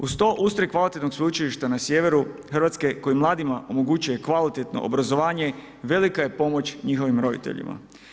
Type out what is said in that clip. Uz to usred kvalitetnog sveučilišta na sjeveru Hrvatske, koji mladima omogućuje kvalitetno obrazovanje, velika je pomoć njihovim roditeljima.